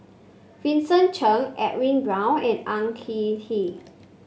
Vincent Cheng Edwin Brown and Ang Kin Kee